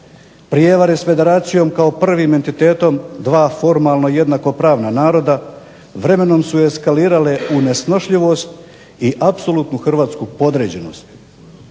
Prijevare s Federacijom kao prvim entitetom dva formalno jednakopravna naroda vremenom su eskalirale u nesnošljivost i apsolutnu hrvatsku podređenost.